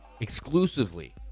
exclusively